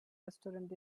restaurant